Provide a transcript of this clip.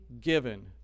given